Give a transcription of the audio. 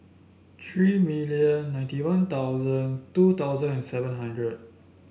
three million ninety One Thousand two thousand and seven hundred